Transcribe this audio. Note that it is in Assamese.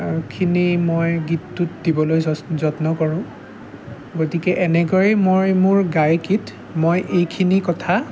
খিনি মই দিবলৈ যত্ন কৰোঁ গতিকে এনেকৈ মই মোৰ গায়কীত মই এইখিনি কথা